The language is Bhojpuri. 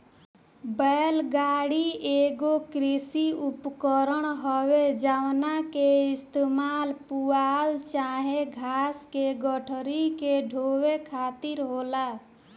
बैल गाड़ी एगो कृषि उपकरण हवे जवना के इस्तेमाल पुआल चाहे घास के गठरी के ढोवे खातिर होला